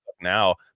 now